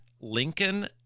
lincoln